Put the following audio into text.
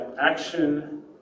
action